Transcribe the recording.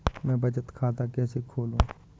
मैं बचत खाता कैसे खोलूँ?